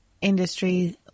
industry